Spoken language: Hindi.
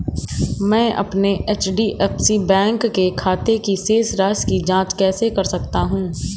मैं अपने एच.डी.एफ.सी बैंक के खाते की शेष राशि की जाँच कैसे कर सकता हूँ?